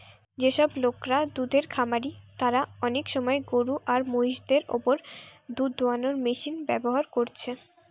যেসব লোকরা দুধের খামারি তারা অনেক সময় গরু আর মহিষ দের উপর দুধ দুয়ানার মেশিন ব্যাভার কোরছে